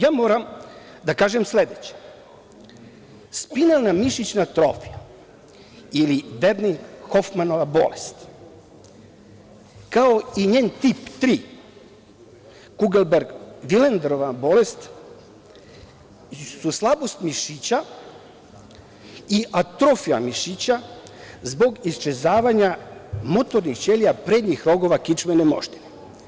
Ja moram da kažem sledeće, spinalna mišićna atrofija ili Debni Hofmanova bolest, kao i njen tip tri Kugelberg Vilenderova bolest su slabost mišića i atrofija mišića zbog iščezavanja motornih ćelija prednjih rogova kičmene moždine.